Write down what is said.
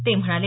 ते म्हणाले